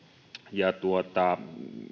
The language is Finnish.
ja